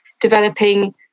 developing